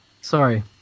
sorry